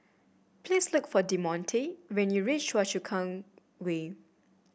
please look for Demonte when you reach Choa Chu Kang Way